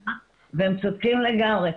הממשלה והם צודקים לגמרי,